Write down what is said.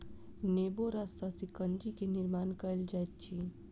नेबो रस सॅ शिकंजी के निर्माण कयल जाइत अछि